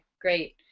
great